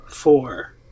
Four